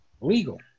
legal